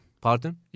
Pardon